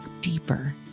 deeper